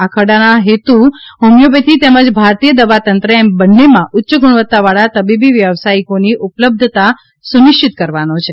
આ ખરડાના હેતુ હોમિયોપેથી તેમજ ભારતીય દવા તંત્ર એમ બંનેમાં ઉચ્ય ગુણવત્તાવાળા તબીબી વ્યવસાયિકોની ઉપલબ્ધતા સુનિશ્ચિત કરવાનો છે